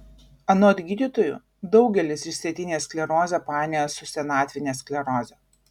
anot gydytojų daugelis išsėtinę sklerozę painioja su senatvine skleroze